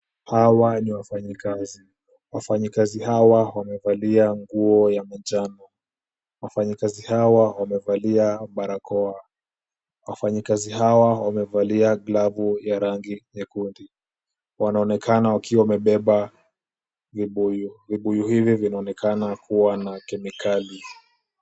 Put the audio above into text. Hawa ni wafanyikazi, wafanyikazi hawa wamevalia nguo ya manjano, wafanyikazi hawa wamevalia barakoa, wafanyikazi hawa wamevalia glavu ya rangi nyekundu, wanaonekana wakiwa wamebeba vibuyu, vibuyu hivyo vinaonekana kuwa na kemikali.